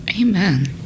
amen